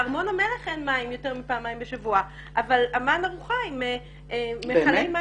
בארמון המלך אין מים יותר מפעמיים בשבוע אבל עמאן ערוכה עם מכלי מים.